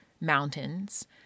mountains